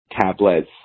tablets